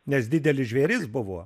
nes didelis žvėris buvo